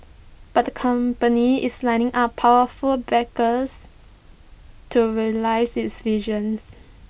but the company is lining up powerful backers to realise its vision